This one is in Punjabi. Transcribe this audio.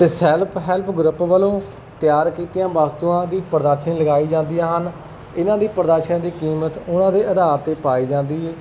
ਅਤੇ ਸੈਲਫ ਹੈਲਪ ਗਰੁੱਪ ਵੱਲੋਂ ਤਿਆਰ ਕੀਤੀਆਂ ਵਸਤੂਆਂ ਦੀ ਪ੍ਰਦਰਸ਼ਨੀ ਲਗਾਈ ਜਾਂਦੀਆਂ ਹਨ ਇਹਨਾਂ ਦੀ ਪ੍ਰਦਰਸ਼ਨ ਦੀ ਕੀਮਤ ਉਹਨਾਂ ਦੇ ਆਧਾਰ 'ਤੇ ਪਾਈ ਜਾਂਦੀ ਹੈ